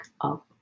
up